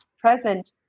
present